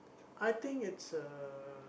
I think it's a